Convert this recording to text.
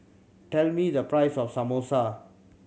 tell me the price of Samosa